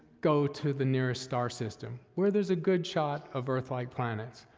go to the nearest star system, where there's a good shot of earth-like planets.